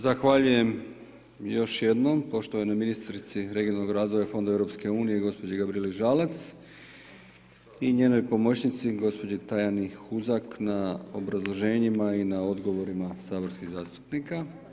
Zahvaljujem još jednom poštovanoj ministrici regionalnog razvoja Fonda EU gospođi Gabrijeli Žalac i njenoj pomoćnici gospođi Tajani Huzak na obrazloženjima i na odgovorima saborskih zastupnika.